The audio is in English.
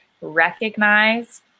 recognize